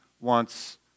wants